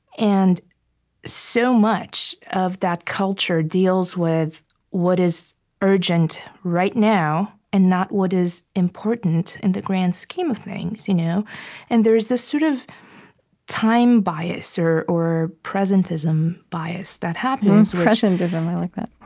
and so much of that culture deals with what is urgent right now and not what is important in the grand scheme of things. you know and there is this sort of time bias or or presentism bias that happens presentism. i like that